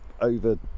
over